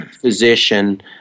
physician